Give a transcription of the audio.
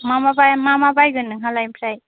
मा मा बाय मा मा बायगोन नोंहालाय आमफ्राय